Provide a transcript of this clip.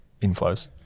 inflows